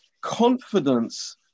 confidence